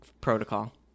protocol